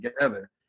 together